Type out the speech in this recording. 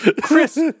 Chris